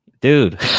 Dude